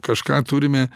kažką turime